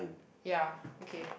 ya okay